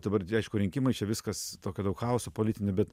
dabar aišku rinkimai čia viskas tokio daug chaoso politinio bet